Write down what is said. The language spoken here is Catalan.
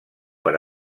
per